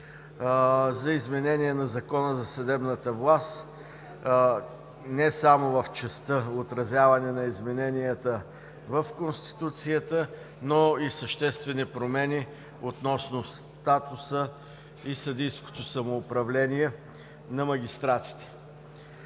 за изменение на Закона за съдебната власт не само в частта „Отразяване на измененията в Конституцията“, но и съществени промени относно статуса и съдийското самоуправление на магистратите.